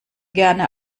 gerne